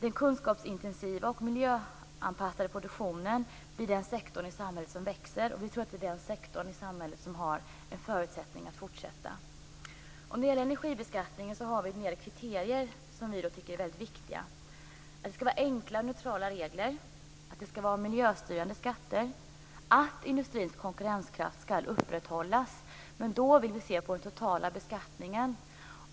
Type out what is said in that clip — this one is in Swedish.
Den kunskapsintensiva och miljöanpassade produktionen blir den sektor i samhället som växer. Vi tror att det är den sektor i samhället som har en förutsättning att fortsätta. När det gäller energibeskattningen har vi några kriterier som vi tycker är viktiga. Det skall vara enkla, neutrala regler. Det skall vara miljöstyrande skatter. Industrins konkurrenskraft skall upprätthållas. Men då vill vi se på den totala beskattningen.